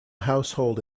household